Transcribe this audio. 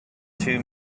two